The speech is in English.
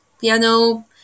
piano